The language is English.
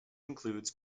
includes